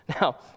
Now